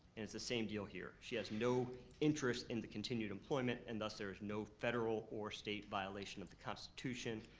and it's the same deal here. she has no interest in the continued employment, and thus there is no federal or state violation of the constitution.